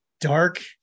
dark